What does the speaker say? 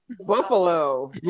Buffalo